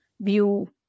view